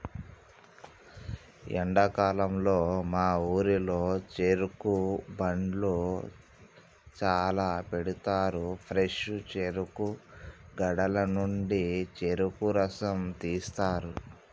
ఎండాకాలంలో మా ఊరిలో చెరుకు బండ్లు చాల పెడతారు ఫ్రెష్ చెరుకు గడల నుండి చెరుకు రసం తీస్తారు